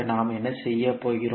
நாம் என்ன செய்ய போகிறோம்